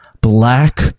Black